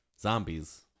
Zombies